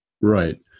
Right